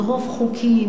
מרוב חוקים,